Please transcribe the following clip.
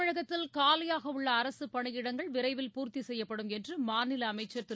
தமிழகத்தில் காலியாகவுள்ள அரசுப் பணியிடங்கள் விரைவில் பூர்த்தி செய்யப்படும் என்று மாநில அமைச்சர் திரு